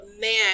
man